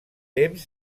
temps